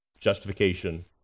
justification